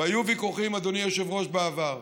והיו ויכוחים, אדוני היושב-ראש, בעבר,